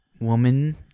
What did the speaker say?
woman